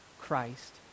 Christ